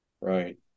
Right